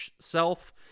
self